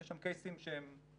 יש שם קייסים שהם נראותיים,